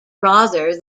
rather